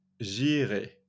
J'irai